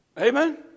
Amen